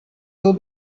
you